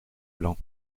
blanc